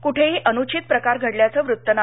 कुठेही अनुचित प्रकार घडल्याचं वृत्त नाही